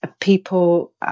people